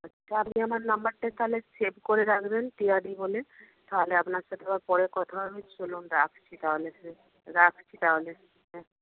আচ্ছা আপনি আমার নম্বরটা তাহলে সেভ করে রাখবেন টিয়াদি বলে তাহলে আপনার সাথে আবার পরে কথা হবে চলুন রাখছি তাহলে হ্যাঁ রাখছি তাহলে হ্যাঁ